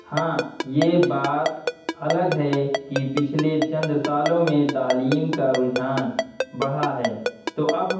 ہاں یہ بات الگ ہے کہ پچھلے چند سالوں میں تعلیم کا رجحان بڑھا ہے تو اب